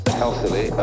healthily